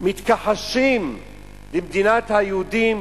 שמתכחשים למדינת היהודים,